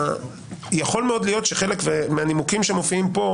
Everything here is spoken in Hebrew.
יכול מאוד להיות שחלק מהנימוקים שמופיעים פה,